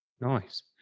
Nice